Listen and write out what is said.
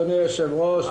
אדוני היושב ראש,